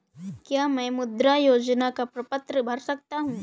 क्या मैं मुद्रा योजना का प्रपत्र भर सकता हूँ?